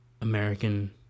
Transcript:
American